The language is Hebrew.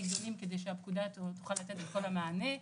גדולים כדי שהפקודה תוכל לתת את כל המענה.